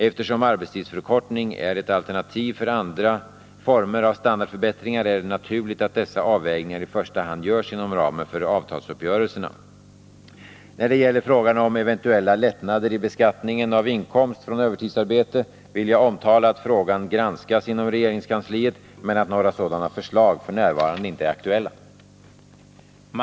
Eftersom arbetstidsförkortning är ett alternativ till andra former av standardförbättringar är det naturligt att dessa avvägningar i första hand görs inom ramen för avtalsuppgörelserna. När det gäller frågan om eventuella lättnader i beskattningen av inkomst från övertidsarbete vill jag omtala att frågan granskas inom regeringskansliet men att några sådana förslag f. n. inte är aktuella.